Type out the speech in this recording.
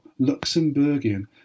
Luxembourgian